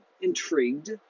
intrigued